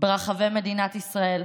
ברחבי מדינת ישראל,